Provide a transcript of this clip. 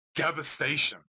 devastation